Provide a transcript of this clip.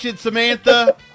Samantha